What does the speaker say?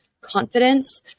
confidence